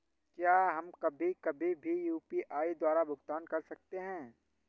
क्या हम कभी कभी भी यू.पी.आई द्वारा भुगतान कर सकते हैं?